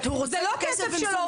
זאת אומרת, הוא רוצה את הכסף שלו.